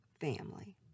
family